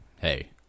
hey